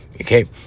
Okay